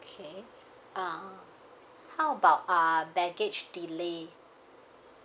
K uh how about uh baggage delay